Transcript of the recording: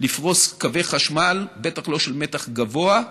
לפרוס קווי חשמל, בטח לא של מתח גבוה.